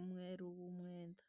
umweru w'umwenda.